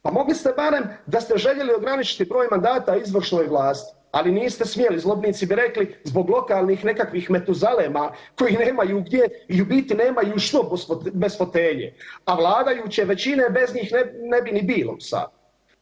Pa mogli ste barem da ste željeli ograničiti broj mandata izvršnoj vlasti, ali niste smjeli, zlobnici bi rekli zbog lokalnih nekakvih metuzalema kojih nemaju gdje i u biti nemaju što bez fotelje, a vladajuće većine bez njih ne bi ni bio u saboru.